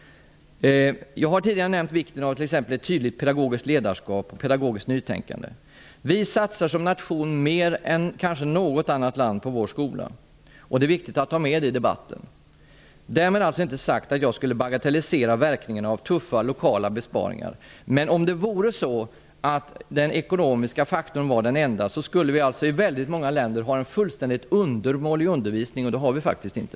Jag har tidigare nämnt vikten av ett tydligt pedagogiskt ledarskap och ett pedagogiskt nytänkande. Vi som nation satsar kanske mer än något annat land på skolan. Det är viktigt att ha med detta i debatten. Därmed inte sagt att jag skulle bagatellisera verkningarna av tuffa lokala besparingar. Om det vore så, att den ekonomiska faktorn var den enda, skulle man i väldigt många länder ha en fullständigt undermålig undervisning, men det har man faktiskt inte.